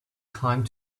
climbed